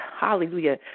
Hallelujah